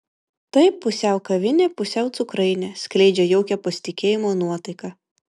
tai pusiau kavinė pusiau cukrainė skleidžia jaukią pasitikėjimo nuotaiką